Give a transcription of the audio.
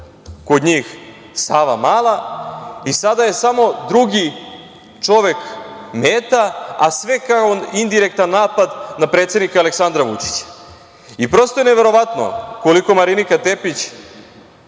kod njih Savamala i sada je samo drugi čovek meta, a sve kao indirektan napad na predsednika Aleksandra Vučića. Prosto je neverovatno koliko Marinika Tepić